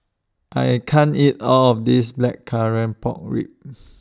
I can't eat All of This Blackcurrant Pork Ribs